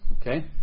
Okay